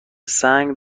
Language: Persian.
سنگ